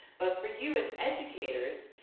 but for you as educators,